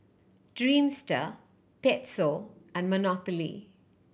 Dreamster Pezzo and Monopoly